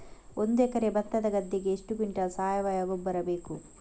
ಒಂದು ಎಕರೆ ಭತ್ತದ ಗದ್ದೆಗೆ ಎಷ್ಟು ಕ್ವಿಂಟಲ್ ಸಾವಯವ ಗೊಬ್ಬರ ಬೇಕು?